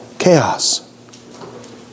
Chaos